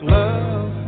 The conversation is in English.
love